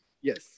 Yes